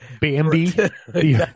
bambi